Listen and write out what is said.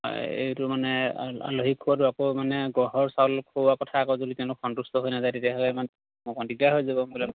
এইটো মানে আ আলহীক খোৱাটো আকৌ মানে গ্ৰহৰ চাউল খোওৱাৰ কথা আকৌ যদি তেওঁলোক সন্তুষ্ট হৈ নাযায় তেতিয়াহ'লে ইমান অকণ দিগদাৰ হৈ যাব মোলৈ